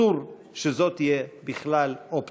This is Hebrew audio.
אסור שזו תהיה בכלל אופציה.